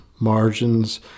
margins